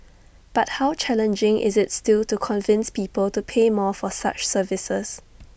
but how challenging is IT still to convince people to pay more for such services